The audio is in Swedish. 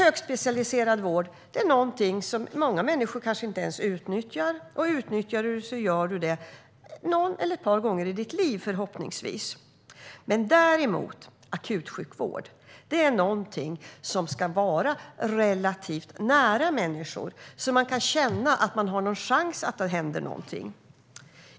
Högspecialiserad vård är någonting som många människor kanske inte ens utnyttjar, och om man utnyttjar det gör man det förhoppningsvis bara någon eller ett par gånger i livet. Akutsjukvård däremot är något som ska finnas relativt nära människor, så att man kan känna att man har en chans ifall något händer.